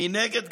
מנגד,